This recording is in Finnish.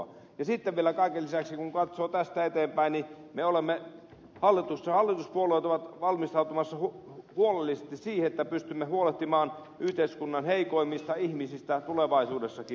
ja sitten vielä kaiken lisäksi kun katsoo tästä eteenpäin hallituspuolueet ovat valmistautumassa huolellisesti siihen että pystymme huolehtimaan yhteiskunnan heikoimmista ihmisistä tulevaisuudessakin